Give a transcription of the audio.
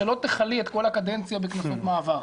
שלא תכלי את כל הקדנציה בכנסות מעבר,